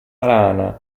rana